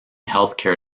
healthcare